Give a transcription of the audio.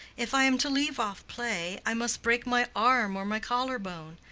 if i am to leave off play i must break my arm or my collar-bone.